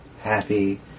happy